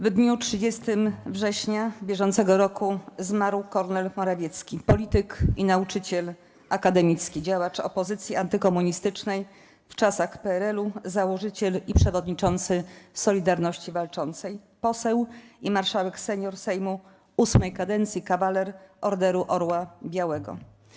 W dniu 30 września br. zmarł Kornel Morawiecki, polityk i nauczyciel akademicki, działacz opozycji antykomunistycznej w czasach PRL, założyciel i przewodniczący Solidarności Walczącej, poseł i marszałek senior Sejmu VIII kadencji, kawaler Orderu Orła Białego.